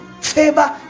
Favor